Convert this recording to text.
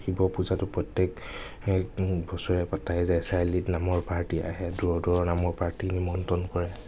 শিৱ পূজাটো প্ৰত্য়েক বছৰে পতাই যায় চাৰিআলিত নামৰ পাৰ্টী আহে দূৰৰ দূৰৰ নামৰ পাৰ্টী নিমন্ত্ৰণ কৰে